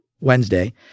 Wednesday